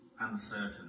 uncertain